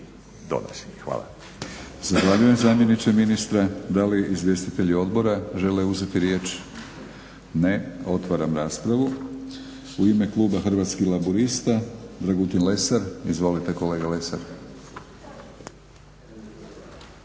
Milorad (HNS)** Zahvaljujem zamjeniče ministra. Da li izvjestitelji odbora žele uzeti riječ? Ne. Otvaram raspravu. U ime kluba Hrvatskih laburista Dragutin Lesar. Izvolite kolega Lesar.